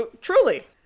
Truly